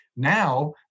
Now